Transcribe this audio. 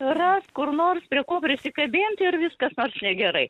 ras kur nors prie ko prisikabinti ir vis kas nors negerai